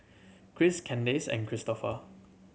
Christ Kandace and Cristofer